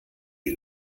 die